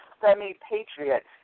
semi-patriot